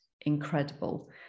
incredible